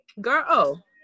Girl